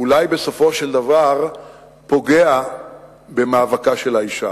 אולי בסופו של דבר פוגע במאבקה של האשה.